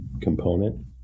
component